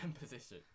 position